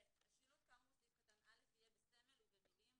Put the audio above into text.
(ב)השילוט כאמור בסעיף קטן (א) יהיה בסמל ובמילים,